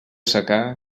secà